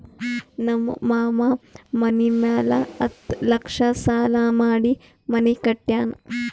ನಮ್ ಮಾಮಾ ಮನಿ ಮ್ಯಾಲ ಹತ್ತ್ ಲಕ್ಷ ಸಾಲಾ ಮಾಡಿ ಮನಿ ಕಟ್ಯಾನ್